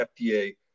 FDA